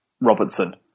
Robertson